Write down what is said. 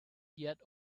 yet